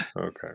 okay